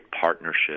partnership